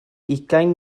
ugain